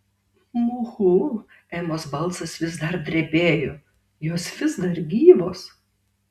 muhu emos balsas vis dar drebėjo jos vis dar gyvos